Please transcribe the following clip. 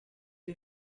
che